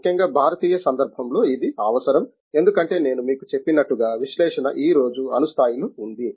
ముఖ్యంగా భారతీయ సందర్భంలో ఇది అవసరం ఎందుకంటే నేను మీకు చెప్పినట్లుగా విశ్లేషణ ఈ రోజు అణు స్థాయిలో ఉండాలి